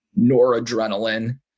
noradrenaline